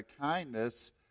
kindness